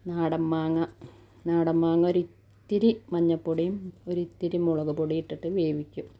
നാടൻ മാങ്ങ നാടൻ മാങ്ങ ഒരിത്തിരി മഞ്ഞപ്പൊടീം ഒരിത്തിരി മുളക് പൊടി ഇട്ടിട്ട് വേവിക്കും